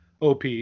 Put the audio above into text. op